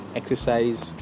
exercise